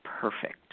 perfect